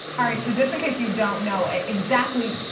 ah i mean so just in case you don't know ah exactly,